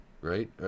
right